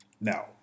Now